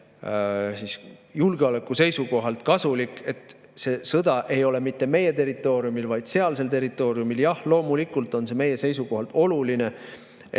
Eestile julgeoleku seisukohalt kasulik, et see sõda ei ole mitte meie territooriumil, vaid sealsel territooriumil. Jah, loomulikult on see meie seisukohalt oluline, et